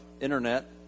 internet